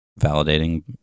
validating